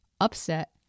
upset